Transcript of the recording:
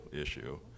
issue